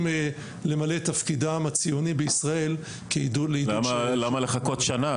למלא את תפקידם הציוני בישראל --- למה לחכות שנה?